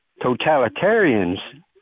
totalitarians